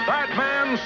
Batman